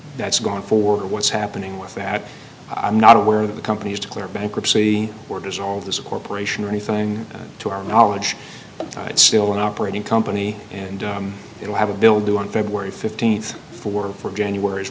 that's going for what's happening with that i'm not aware of the company's declare bankruptcy or does all of this a corporation or anything to our knowledge it's still an operating company and it will have a bill due on february fifteenth for for january's